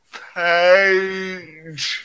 page